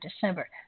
December